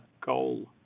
goal